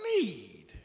need